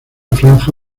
franja